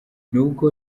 nubwo